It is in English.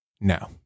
No